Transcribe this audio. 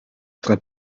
tra